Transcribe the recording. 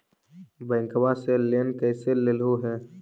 बैंकवा से लेन कैसे लेलहू हे?